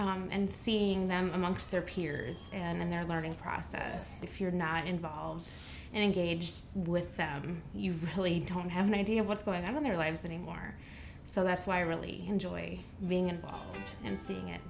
often and seeing them amongst their peers and their learning process if you're not involved and engaged with them you really don't have an idea of what's going on in their lives anymore so that's why i really enjoy being involved and seeing